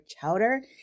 Chowder